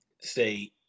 say